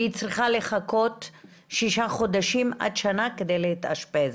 והיא צריכה לחכות שישה חודשים עד שנה כדי להתאשפז.